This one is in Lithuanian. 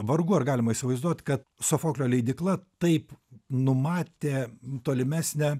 vargu ar galima įsivaizduot kad sofoklio leidykla taip numatė tolimesnę